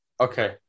okay